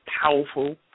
powerful